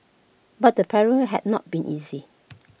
but the parent had not been easy